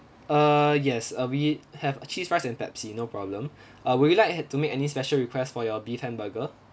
uh yes uh we have a cheese fries and pepsi no problem uh would you like to make any special request for your beef hamburger